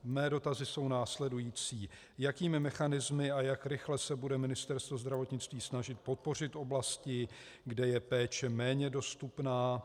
Mé dotazy jsou následující: Jakými mechanismy a jak rychle se bude Ministerstvo zdravotnictví snažit podpořit oblasti, kde je péče méně dostupná?